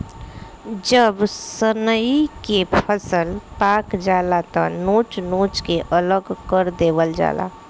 जब सनइ के फसल पाक जाला त नोच नोच के अलग कर देवल जाला